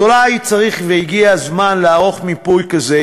אז אולי צריך והגיע הזמן לערוך מיפוי כזה,